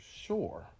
sure